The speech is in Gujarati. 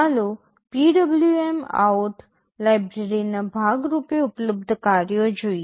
ચાલો PwmOut લાઇબ્રેરીના ભાગ રૂપે ઉપલબ્ધ કાર્યો જોઈએ